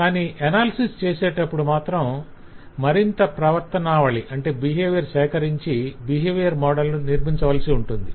కానీ అనాలిసిస్ చేసేటప్పుడు మాత్రం మరింత ప్రవర్తనావళిని సేకరించి బిహేవియర్ మోడల్ ను నిర్మించవలసి ఉంటుంది